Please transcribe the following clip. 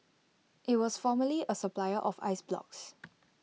IT was formerly A supplier of ice blocks